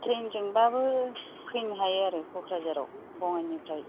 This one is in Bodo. ट्रेन जोंबाबो फैनो हायो आरो क'क्राझाराव बङाइगावनिफ्राय